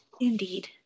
indeed